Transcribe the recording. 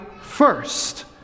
first